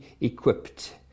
equipped